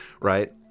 right